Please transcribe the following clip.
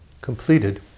completed